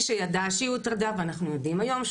שידע שהיא הוטרדה ואנחנו יודעים היום,